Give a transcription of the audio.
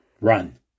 run